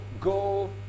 go